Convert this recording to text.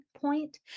point